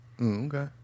Okay